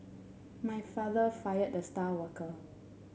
my father fired the star worker